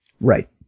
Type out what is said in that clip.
Right